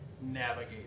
navigate